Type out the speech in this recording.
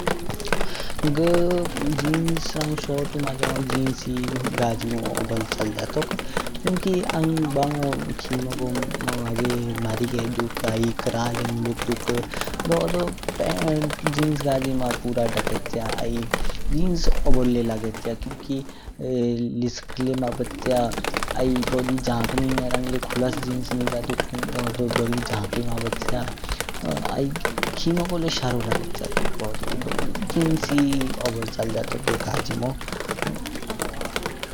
घ गिन्स रंग शॉरटू माजनू जिन्स हिं गाजिमो ओबोल चालग्या तोक। क्युकी आंग बांगो खेेमगो मारीगे दुक, आइ क्रा ले मुलुक दुक। दो जिन्स नीमा पूरा डाकइच्य, आइ जिन्स ओबोल ले लागइच्य क्युकी लिस्क ली मबच्य, आइ बोदे झंक नीयरंग ले खुलास जिन्स निज्य दुक दो बोधी झंक ले मबच्य। आइ खीमगो ले शारो लागइच्य तोक घ होडो। दो जिन्स हिं ओबोल चालग्या तोक घ गाजिमो।